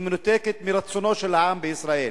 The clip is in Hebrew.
היא מנותקת מרצונו של העם בישראל.